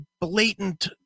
blatant